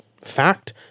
fact